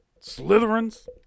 Slytherins